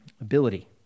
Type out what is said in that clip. Ability